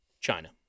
China